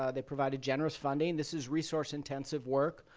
ah they provided generous funding. this is resource intensive work,